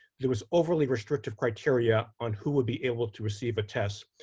there was overly restrictive criteria on who would be able to receive a test.